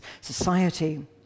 society